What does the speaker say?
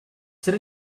sit